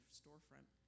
storefront